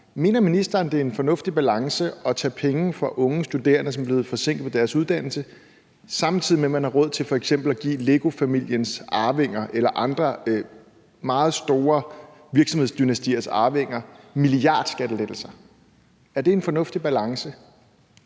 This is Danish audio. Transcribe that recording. mener ministeren så, at det er en fornuftig balance at tage penge fra unge studerende, som er blevet forsinket på deres uddannelse, samtidig med at man har råd til f.eks. at give LEGO-familiens arvinger eller andre meget store virksomhedsdynastiers arvinger milliardskattelettelser? Er det en fornuftig balance?